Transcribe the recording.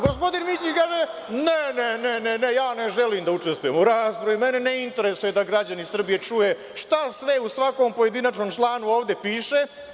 Gospodin Mićin kaže – ne, ne, ne, ja ne želim da učestvujem u raspravi, mene ne interesuje da građanin Srbije čuje šta sve u svakom pojedinačnom članu ovde piše.